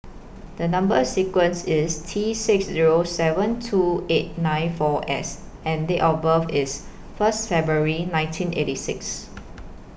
The Number sequence IS T six Zero seven two eight nine four S and Date of birth IS First February nineteen eighty six